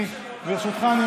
מאה אחוז.